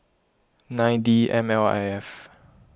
nine D M L I F